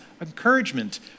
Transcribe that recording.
encouragement